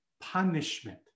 punishment